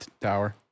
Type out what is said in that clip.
Tower